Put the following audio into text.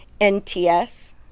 nts